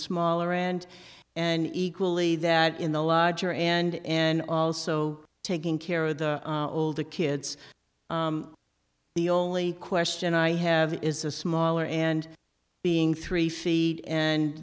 smaller and and equally that in the larger and also taking care of the older kids the only question i have is a smaller and being three feet and